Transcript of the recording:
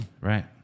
Right